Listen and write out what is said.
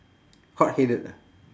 hot headed ah